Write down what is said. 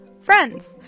friends